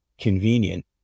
convenient